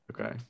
Okay